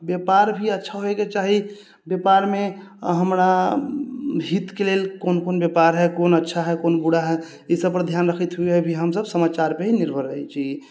व्यापार भी अच्छा होइके चाही व्यापारमे हमरा हितके लेल कोन कोन व्यापार हय कोन अच्छा हय कोन बुरा हय ई सबपर ध्यान रखैत हुए भी हमसब समाचारपर ही निर्भर रहै छी